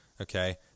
Okay